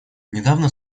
недавно